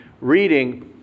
reading